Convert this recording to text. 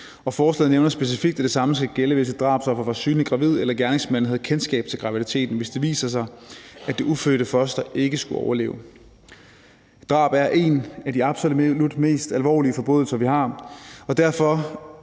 forslaget nævner specifikt, at det samme skal gælde, hvis et drabsoffer var synligt gravid eller gerningsmanden havde kendskab til graviditeten, hvis det viser sig, at det ufødte foster ikke skulle overleve. Drab er en af de absolut mest alvorlige forbrydelser, vi har,